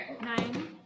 nine